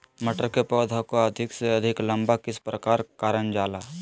मटर के पौधा को अधिक से अधिक लंबा किस प्रकार कारण जाला?